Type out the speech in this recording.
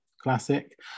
Classic